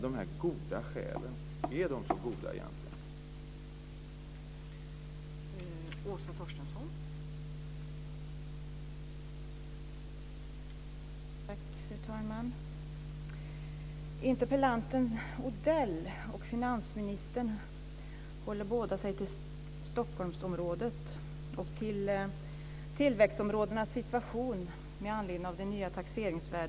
De här goda skälen, är de så goda egentligen?